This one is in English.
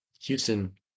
Houston